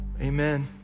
Amen